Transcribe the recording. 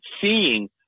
seeing